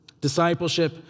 Discipleship